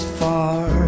far